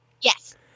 Yes